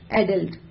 adult